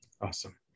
Awesome